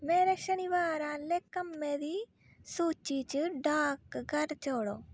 मेरे शनिबार आह्ले कम्में दी सूची च डाकघर जोड़ो